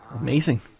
amazing